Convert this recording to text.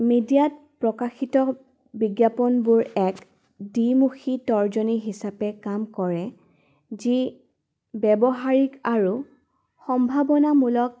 মিডিয়াত প্ৰকাশিত বিজ্ঞাপনবোৰ এক দিমুখী তৰ্জনী হিচাপে কাম কৰে যি ব্যৱহাৰিক আৰু সম্ভাৱনামূলক